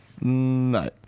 No